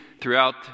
throughout